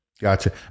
Gotcha